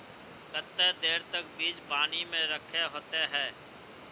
केते देर तक बीज पानी में रखे होते हैं?